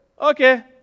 Okay